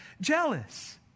jealous